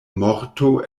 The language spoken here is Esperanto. morto